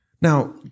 Now